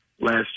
last